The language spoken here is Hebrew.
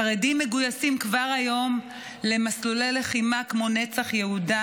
חרדים מגויסים כבר היום למסלולי לחימה כמו נצח יהודה,